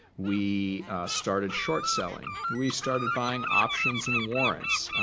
we started short selling. we started buying options and warrants.